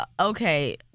okay